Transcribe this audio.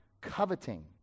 coveting